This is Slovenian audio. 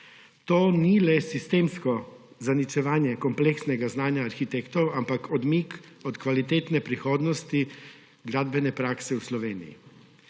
To ni le sistemsko zaničevanje kompleksnega znanja arhitektov, ampak odmik od kvalitetne prihodnosti gradbene prakse v Sloveniji.